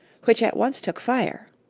which at once took fire.